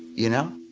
you know